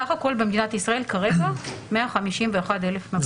סך הכל במדינת ישראל כרגע יש 151,000 מבודדים.